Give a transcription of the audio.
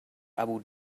abu